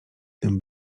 tym